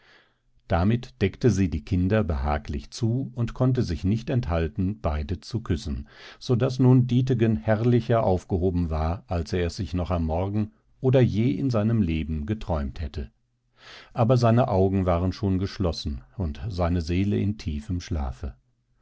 damit deckte sie die kinder behaglich zu und konnte sich nicht enthalten beide zu küssen so daß nun dietegen herrlicher aufgehoben war als er es sich noch am morgen oder je in seinem leben geträumt hätte aber seine augen waren schon geschlossen und seine seele in tiefem schlafe